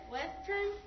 Western